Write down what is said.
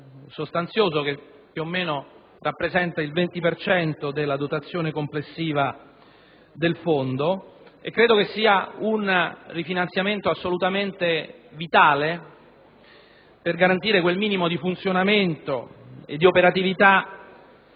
sostanzioso che, più o meno, rappresenta il 20 per cento della dotazione complessiva del fondo. Credo che sia un rifinanziamento assolutamente vitale per garantire quel minimo di funzionamento e di operatività